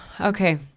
Okay